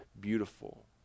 beautiful